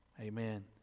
Amen